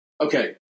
Okay